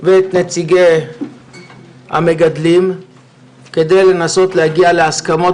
ואת נציגי המגדלים כדי לנסות להגיע להסכמות